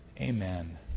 amen